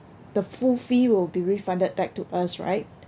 the full fee will be refunded back to us right